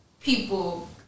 people